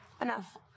Enough